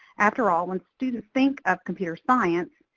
after all, when students think of computer science,